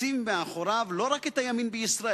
תציב מאחוריו לא רק את הימין בישראל,